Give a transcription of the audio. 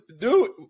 dude